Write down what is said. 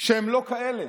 שהם לא כאלה,